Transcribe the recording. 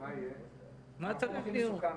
של שרים וסגני שרים, הם יתסדרו.